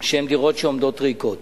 שעומדות ריקות.